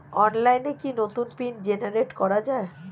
অনলাইনে কি নতুন পিন জেনারেট করা যায়?